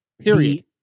period